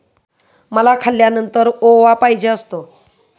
मला खाल्यानंतर ओवा पाहिजे असतो